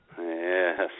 Yes